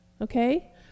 okay